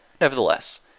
Nevertheless